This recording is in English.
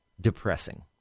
depressing